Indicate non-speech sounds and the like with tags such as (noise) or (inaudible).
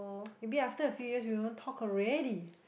(noise) maybe after a few year you don't talk already